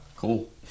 Cool